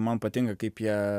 man patinka kaip jie